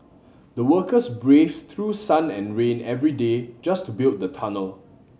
the workers brave through sun and rain every day just to build the tunnel